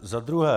Za druhé.